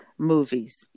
movies